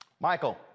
Michael